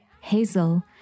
Hazel